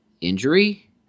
injury